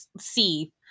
see